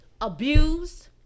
abused